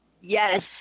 Yes